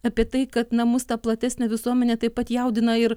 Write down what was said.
apie tai kad na mus tą platesnę visuomenę taip pat jaudina ir